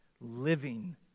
living